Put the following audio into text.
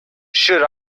should